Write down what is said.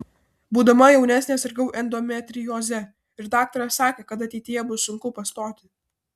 būdama jaunesnė sirgau endometrioze ir daktaras sakė kad ateityje bus sunku pastoti